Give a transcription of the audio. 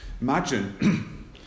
Imagine